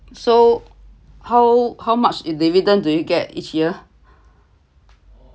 so how how much is dividend do you get each year